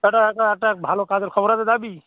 একটা একটা একটা ভালো কাজের খবর আছে যাবি